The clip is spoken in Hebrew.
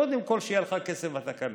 קודם כול שיהיה לך כסף בתקנה,